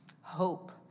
hope